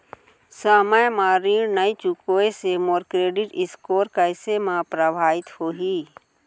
समय म ऋण नई चुकोय से मोर क्रेडिट स्कोर कइसे म प्रभावित होही?